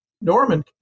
Norman